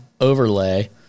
overlay